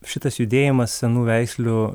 šitas judėjimas senų veislių